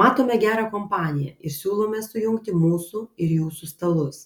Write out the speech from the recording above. matome gerą kompaniją ir siūlome sujungti mūsų ir jūsų stalus